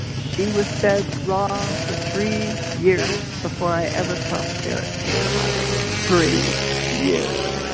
she was fed raw for three years before i ever saw spirit take a bite of it. three years.